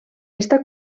està